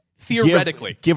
Theoretically